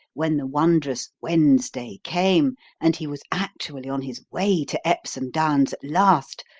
when the wondrous wednesday came and he was actually on his way to epsom downs at last.